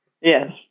Yes